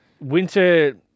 winter